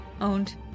Owned